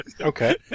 Okay